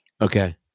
Okay